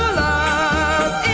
love